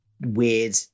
weird